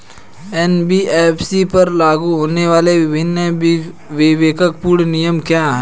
NBFC पर लागू होने वाले विभिन्न विवेकपूर्ण नियम क्या हैं?